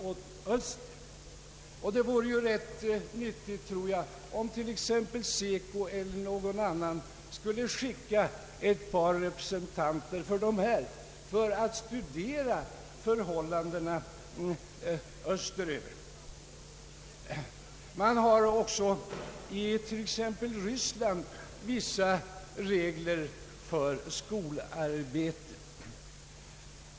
Jag tror att det vore nyttigt om exempelvis SECO skickade ett par representanter för dessa ungdomar för att studera förhållandena österut. Även i exempelvis Ryssland finns vissa regler för skolarbetet.